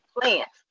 Plants